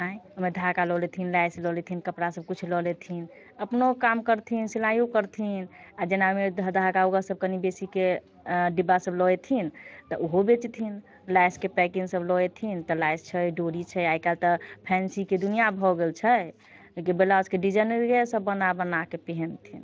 अइ ओइमे धागा लऽ लेथिन लैस लऽ लेथिन कपड़ा सभकुछ लऽ लेथिन अपनो काम करथिन सिलाइयो करथिन आ जेना ओइमे धऽ धागा वागा सभ कनि बेसी के अऽ डिब्बा सभ लऽ एथिन तऽ उहो बेचथिन लैस के पैकिंग सभ लऽ एथिन तऽ लैस छै डोरी छै आइ कल्हि तऽ फेन्सी के दुनिया भऽ गेल छै कि ब्लाउज के डिजाइनर सभ बनाके पहेनथिन